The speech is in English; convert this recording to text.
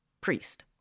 Priest